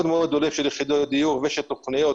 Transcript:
מאוד גדולים של יחידות דיור ושל תכניות